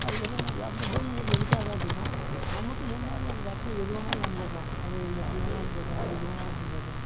அது என்னென்னா அந்த பூமி பூஜை எதுக்காக அப்படின்னா நமக்கு முன்னாடி அந்த இடத்துல எது வேணாலும் நடந்திருக்கலாம் அது எப்படி வேணா இருந்திருக்கலாம் எது வேணா நடந்திருக்கலாம்